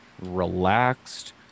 relaxed